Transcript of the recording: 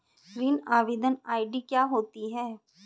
ऋण आवेदन आई.डी क्या होती है?